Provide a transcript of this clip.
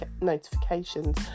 notifications